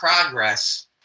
progress